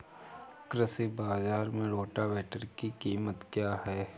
कृषि बाजार में रोटावेटर की कीमत क्या है?